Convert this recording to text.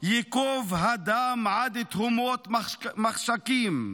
/ יִקֹב הדם עד תהֹמות מחשכים,